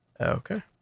Okay